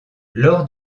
lors